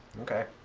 okay.